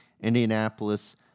Indianapolis